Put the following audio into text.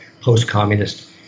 post-communist